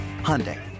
Hyundai